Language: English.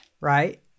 right